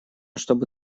чтобы